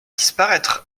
disparaître